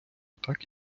так